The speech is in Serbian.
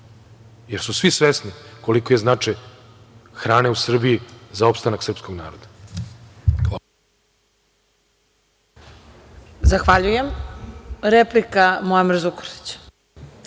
jer su svi svesni koliki je značaj hrane u Srbiji za opstanak srpskog naroda.